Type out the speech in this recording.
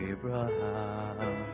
Abraham